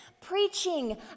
preaching